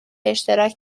اشتراک